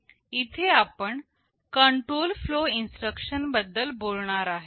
इथे आपण control flow instruction बद्दल बोलणार आहे